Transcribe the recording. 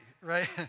right